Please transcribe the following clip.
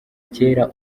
kera